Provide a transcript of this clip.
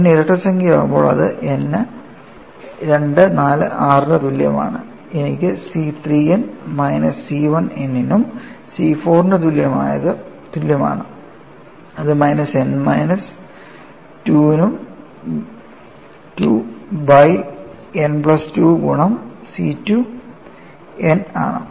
n ഇരട്ടസംഖ്യ ആകുമ്പോൾ അത് n 2 4 6 ന് തുല്യമാണ് എനിക്ക് C 3n minus C 1n നും C 4n ന് തുല്യമാണ് അത് minus n minus 2 by n plus 2 ഗുണം C 2n ആണ്